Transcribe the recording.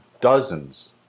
dozens